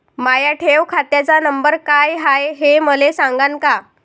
माया ठेव खात्याचा नंबर काय हाय हे मले सांगान का?